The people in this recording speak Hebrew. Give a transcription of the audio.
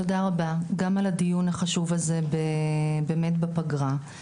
תודה רבה, גם על הדיון החשוב הזה, באמת בפגרה.